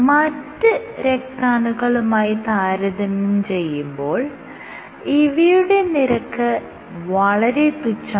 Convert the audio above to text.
മറ്റ് രക്താണുക്കളുമായി താരതമ്യം ചെയ്യുമ്പോൾ ഇവയുടെ നിരക്ക് വളരെ തുച്ഛമാണ്